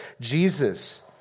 Jesus